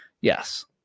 yes